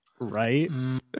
right